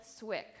Swick